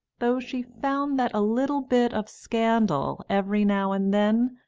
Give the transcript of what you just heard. though she found that a little bit of scandal, every now and then,